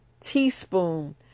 teaspoon